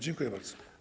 Dziękuję bardzo.